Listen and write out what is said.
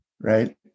Right